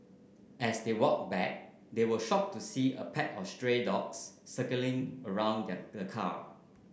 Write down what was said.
as they walked back they were shocked to see a pack of stray dogs circling around the the car